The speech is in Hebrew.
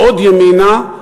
ועוד ימינה,